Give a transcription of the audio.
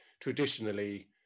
traditionally